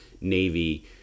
navy